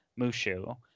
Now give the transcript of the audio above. Mushu